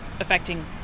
affecting